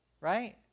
right